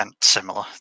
similar